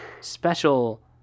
special